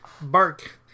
bark